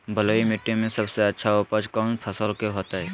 बलुई मिट्टी में सबसे अच्छा उपज कौन फसल के होतय?